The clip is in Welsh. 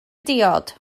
diod